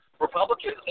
Republicans